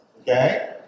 Okay